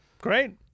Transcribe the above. Great